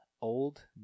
old